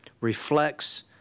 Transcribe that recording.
reflects